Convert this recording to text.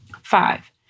Five